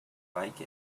like